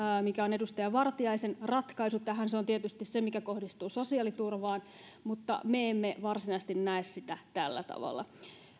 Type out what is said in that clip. mikä on edustaja vartiaisen ratkaisu tähän se on tietysti se mikä kohdistuu sosiaaliturvaan mutta me emme varsinaisesti näe sitä tällä tavalla